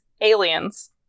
aliens